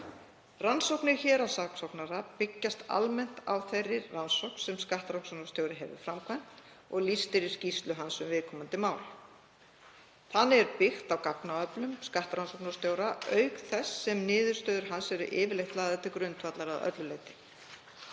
Rannsóknir héraðssaksóknara byggist almennt á þeirri rannsókn sem skattrannsóknarstjóri hefur framkvæmt og lýst er í skýrslu hans um viðkomandi mál. Þannig er byggt á gagnaöflun skattrannsóknarstjóra auk þess sem niðurstöður hans eru yfirleitt lagðar til grundvallar að öllu leyti.